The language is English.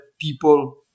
people